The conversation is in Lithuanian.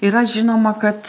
yra žinoma kad